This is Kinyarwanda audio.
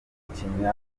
ikinyamakuru